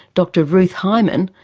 dr ruth highman,